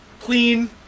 clean